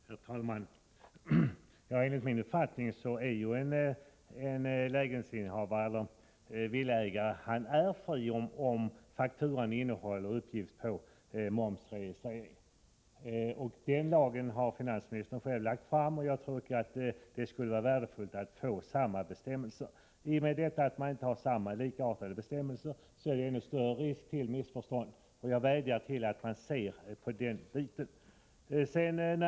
Herr talman! Enligt min uppfattning går en lägenhetsinnehavare eller villaägare fri om fakturan innehåller uppgifter om momsregistrering. Den lag där detta stadgas har finansministern själv lagt fram, och jag tycker att det skulle vara värdefullt om samma bestämmelse infördes i detta sammanhang. Om bestämmelserna inte är desamma eller likartade, uppstår större risk för missförstånd. Jag vädjar till finansministern att han tar upp den frågan.